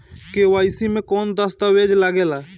KYC मे कौन दश्तावेज लागेला?